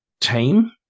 team